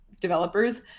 developers